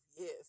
yes